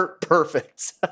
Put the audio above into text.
perfect